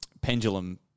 pendulum